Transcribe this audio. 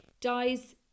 dies